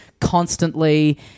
constantly